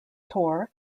tor